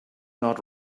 not